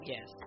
Yes